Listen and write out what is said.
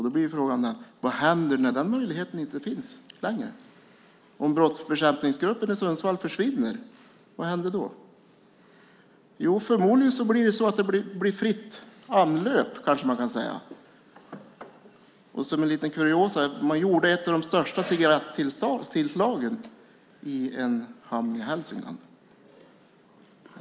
Då blir frågan: Vad händer när den möjligheten inte finns längre? Vad händer om brottsbekämpningsgruppen i Sundsvall försvinner? Förmodligen blir det fritt anlöp, kanske man kan säga. Som kuriosa kan jag nämna att man gjorde ett av de största cigarettillslagen i en hamn i Hälsingland.